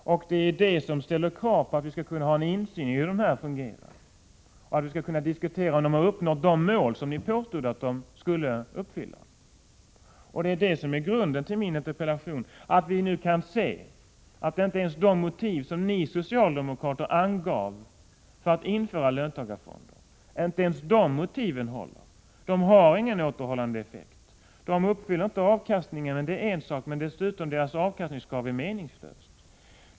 Det är det som gör att vi ställer krav på att vi skall kunna ha insyn i hur fonderna fungerar. Vi skall kunna diskutera om de har uppnått de mål som ni påstod att de skulle uppfylla. Det är det som är grunden för min interpellation, att vi nu kan se att inte ens de motiv som ni socialdemokrater angav för att införa löntagarfonder håller. De har ingen återhållande effekt. De uppfyller inte avkastningskravet — det är en sak — men dessutom är deras avkastningskrav meningslöst.